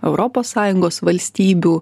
europos sąjungos valstybių